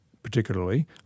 particularly